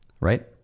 Right